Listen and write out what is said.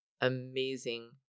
amazing